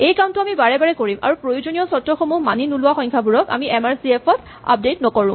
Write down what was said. এই কামটো আমি বাৰে বাৰে কৰিম আৰু প্ৰয়োজনীয় চৰ্তসমূহ মানি নোলোৱা সংখ্যাবোৰক আমি এম আৰ চি এফ ত আপডেট নকৰো